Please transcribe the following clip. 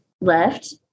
left